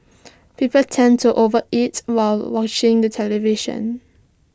people tend to over eat while watching the television